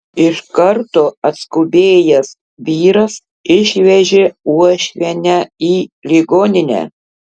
iš karto atskubėjęs vyras išvežė uošvienę į ligoninę